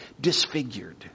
disfigured